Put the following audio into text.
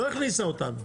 לא הכניסה אותנו.